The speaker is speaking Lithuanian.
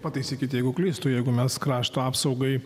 pataisykite jeigu klystu jeigu mes krašto apsaugai